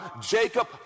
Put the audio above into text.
Jacob